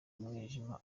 umwijima